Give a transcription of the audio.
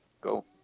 go